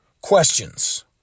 questions